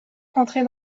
rentrer